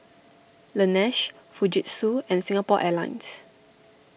Laneige Fujitsu and Singapore Airlines